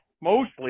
mostly